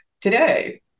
today